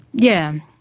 yeah,